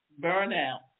burnout